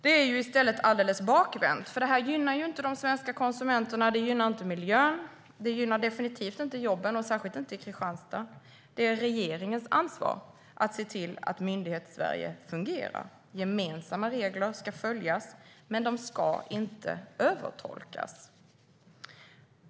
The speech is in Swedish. Det är i stället alldeles bakvänt, för det här gynnar ju varken de svenska konsumenterna eller miljön. Det gynnar inte miljön, och det gynnar definitivt inte jobben, särskilt inte i Kristianstad. Det är regeringens ansvar att se till att Myndighetssverige fungerar. Gemensamma regler ska följas, men de ska inte övertolkas.